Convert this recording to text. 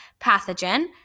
pathogen